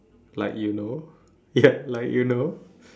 like you know ya like you know